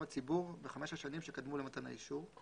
הציבור בחמש השנים שקדמו למתן האישור,